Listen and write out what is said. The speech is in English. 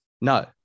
No